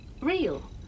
Real